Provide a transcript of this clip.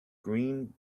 green